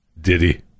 Diddy